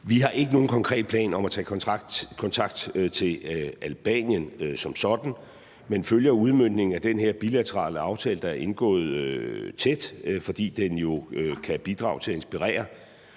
Vi har ikke nogen konkret plan om at tage kontakt til Albanien som sådan, men følger udmøntningen af den her bilaterale aftale, der er indgået, tæt, fordi den jo kan bidrage til at inspirere